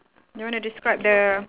you want to describe the